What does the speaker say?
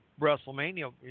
Wrestlemania